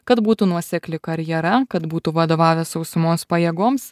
kad būtų nuosekli karjera kad būtų vadovavęs sausumos pajėgoms